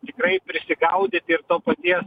tikrai prisigaudyti ir to paties